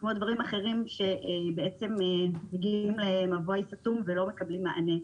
כמו דברים אחרים שמגיעים למבוי סתום ולא מקבלים מענה.